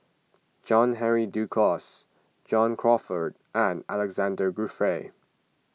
John Henry Duclos John Crawfurd and Alexander Guthrie